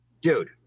Dude